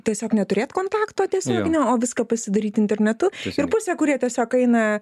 tiesiog neturėt kontakto tiesioginio o viską pasidaryt internetu ir pusė kurie tiesiog eina